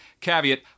Caveat